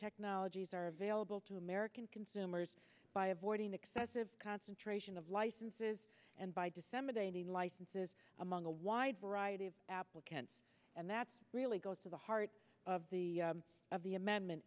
technologies are available to american consumers by avoiding excessive concentration of licenses and by december they need licenses among a wide variety of applicants and that really goes to the heart of the of the amendment